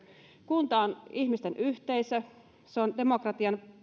kunta on ihmisten yhteisö se on demokratian